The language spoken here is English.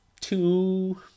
two